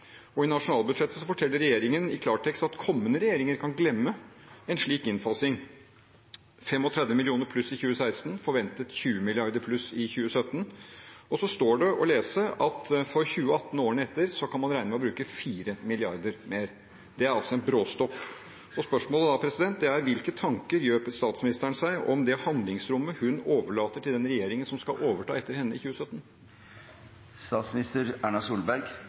I nasjonalbudsjettet forteller regjeringen i klartekst at kommende regjeringer kan glemme en slik innfasing – 35 mill. kr pluss i 2016, forventet 20 mrd. kr pluss i 2017. Så står det å lese at for 2018 og årene etter kan man regne med å bruke 4 mrd. kr mer. Det er altså en bråstopp. Spørsmålet da er: Hvilke tanker gjør statsministeren seg om det handlingsrommet hun overlater til den regjeringen som skal overta etter henne i 2017?